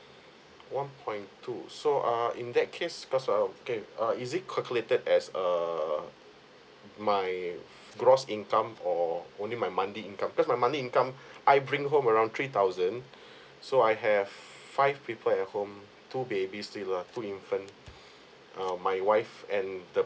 one point two so err in that case cause err okay uh is it calculated as a my gross income or only my monthly income cause my monthly income I bring home around three thousand so I have five people at home two babies still lah two infant err my wife and the